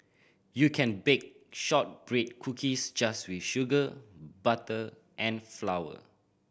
you can bake shortbread cookies just with sugar butter and flower